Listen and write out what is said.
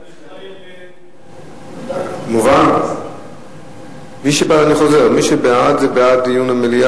אני חוזר: מי שבעד זה בעד דיון במליאה